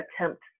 attempt